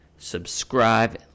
subscribe